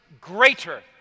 greater